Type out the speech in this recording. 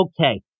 okay